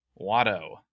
Watto